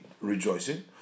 rejoicing